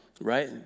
right